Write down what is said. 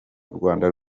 rwanda